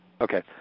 Okay